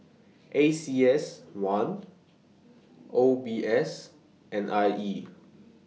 A C S one O B S and I E